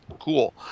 cool